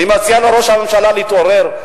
אני מציע לראש הממשלה להתעורר,